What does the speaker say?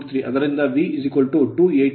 ಆದ್ದರಿಂದ V 288